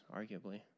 arguably